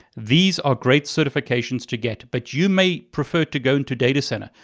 these are great certifications to get, but you may prefer to go into data center,